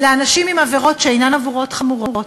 לאנשים עם עבירות שאינן עבירות חמורות.